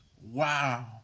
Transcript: Wow